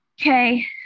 okay